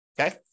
okay